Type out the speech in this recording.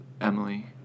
Emily